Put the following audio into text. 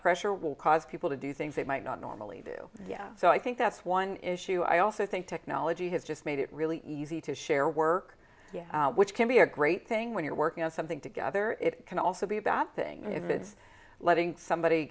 pressure will cause people to do things they might not normally do so i think that's one issue i also think technology has just made it really easy to share work which can be a great thing when you're working on something together it can also be a bad thing if it's letting somebody